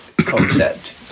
concept